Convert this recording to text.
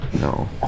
no